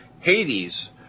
Hades